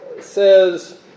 says